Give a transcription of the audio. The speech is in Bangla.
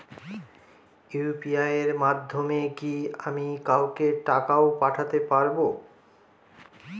ইউ.পি.আই এর মাধ্যমে কি আমি কাউকে টাকা ও পাঠাতে পারবো?